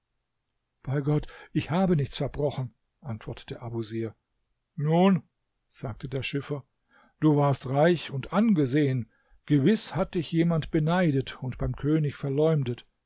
bei gott ich habe nichts verbrochen antwortete abusir nun sagte der schiffer du warst reich und angesehen gewiß hat dich jemand beneidet und beim könig verleumdet